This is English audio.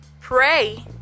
pray